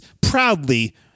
proudly